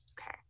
Okay